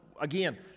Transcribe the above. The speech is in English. again